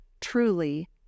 truly